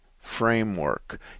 framework